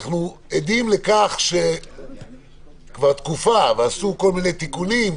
אנחנו עדים לכך שכבר תקופה ועשו כל מיני תיקונים,